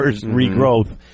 regrowth